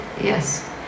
Yes